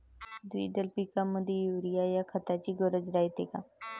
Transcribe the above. द्विदल पिकामंदी युरीया या खताची गरज रायते का?